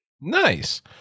Nice